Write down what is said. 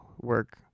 Work